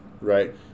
right